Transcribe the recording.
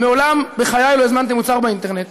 מעולם בחיי לא הזמנתי מוצר באינטרנט.